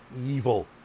evil